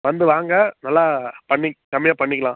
வந்து வாங்குங்க நல்லா பண்ணி கம்மியாக பண்ணிக்கலாம்